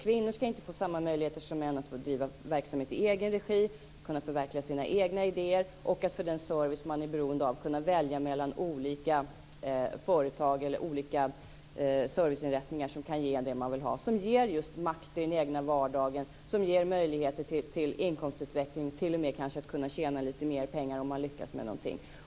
Kvinnor ska inte få samma möjligheter som män att driva verksamhet i egen regi, kunna förverkliga sina egna idéer och vad gäller den service de är beroende av kunna välja mellan olika företag eller olika serviceinrättningar som kan ge dem det de vill ha, som ger just makt i den egna vardagen och möjligheter till inkomstutveckling och till att t.o.m. kanske kunna tjäna lite mer pengar om man lyckas med någonting.